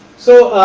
so,